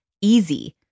easy